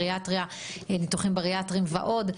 ניתוחים בריאטריים ועוד.